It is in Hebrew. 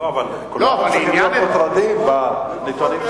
אבל צריכים להיות מוטרדים, באמצע